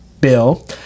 bill